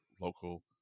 local